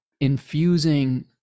infusing